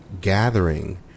gathering